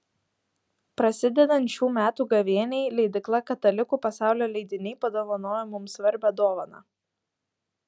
prasidedant šių metų gavėniai leidykla katalikų pasaulio leidiniai padovanojo mums svarbią dovaną